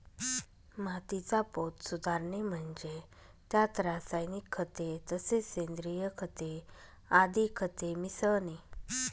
मातीचा पोत सुधारणे म्हणजे त्यात रासायनिक खते तसेच सेंद्रिय खते आदी खते मिसळणे